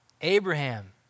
Abraham